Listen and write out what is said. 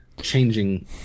changing